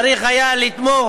צריך היה לתמוך,